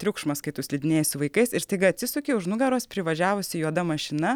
triukšmas kai tu slidinėji su vaikais ir staiga atsisuki už nugaros privažiavusi juoda mašina